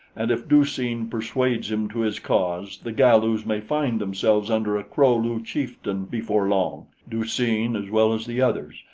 and if du-seen persuades him to his cause, the galus may find themselves under a kro-lu chieftain before long du-seen as well as the others,